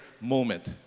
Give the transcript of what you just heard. moment